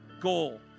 goal